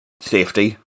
safety